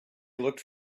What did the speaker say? looked